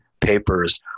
papers